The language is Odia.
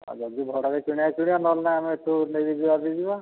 ଆଉ ଯଦି ଭଡ଼ାରେ କିଣିବା କିଣିବା ନ ହେଲେ ନାଇଁ ଆମେ ଏଠୁ ନେଇକି ଯିବା ଯଦି ଯିବା